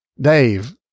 Dave